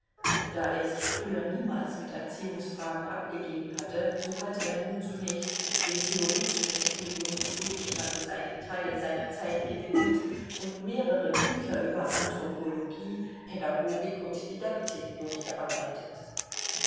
da er sich früher niemals mit erziehungsfragen abgegeben hatte so hatte er nun zunächst dem theoretischen studium des gegenstandes einen teil seiner zeit gewidmet und mehrere bücher über anthropologie pädagogik und didaktik durchgearbeitet